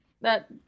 That-